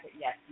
yes